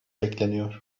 bekleniyor